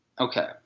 Okay